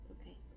okay